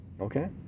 Okay